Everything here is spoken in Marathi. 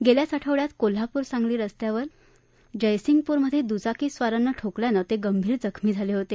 गेल्याच आठवड्यात कोल्हापूर सांगली रस्त्यावर जयसिंगपूरमध्ये दुचाकीस्वाराने ठोकल्यानं ते गंभीर जखमी झाले होते